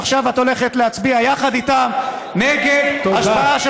ועכשיו את הולכת להצביע יחד איתם נגד השבעה של